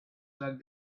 that